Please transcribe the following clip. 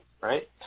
right